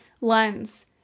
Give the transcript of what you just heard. lens